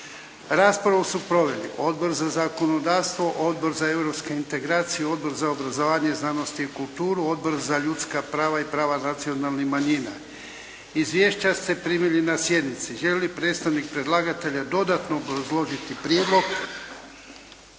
Raspravu su proveli Odbor za zakonodavstvo, Odbor za europske integracije, Odbor za obrazovanje, znanost i kulturu, Odbor za ljudska prava i prava nacionalnih manjina. Izvješća ste primili na sjednici. Želi li predstavnik predlagatelja dodatno obrazložiti prijedlog?